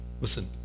Listen